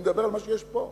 אני מדבר על מה שיש פה.